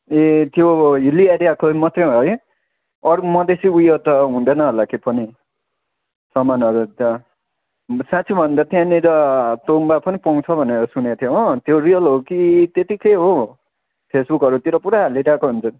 ए त्यो हिल्ली एरियाको मात्रै हो है अरू मधेसी उयो त हुँदैन होला केही पनि सामानहरू त साँच्ची भन्दा त्यहाँनिर तोङ्बा पनि पाउँछ भनेर सुनेको थिएँ हो त्यो रियल हो कि त्यतिकै हो फेसबुकहरूतिर पुरा हालिरहेको हुन्छ